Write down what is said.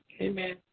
Amen